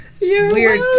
weird